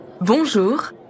Bonjour